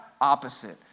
opposite